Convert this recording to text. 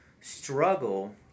struggle